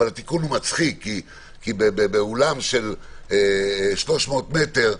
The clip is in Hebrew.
אבל תיקון מצחיק כי באולם של 300 מטר,